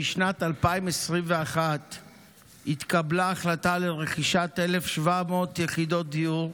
בשנת 2021 התקבלה החלטה לרכישת 1,700 יחידות דיור.